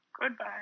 Goodbye